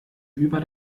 über